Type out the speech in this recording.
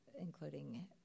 including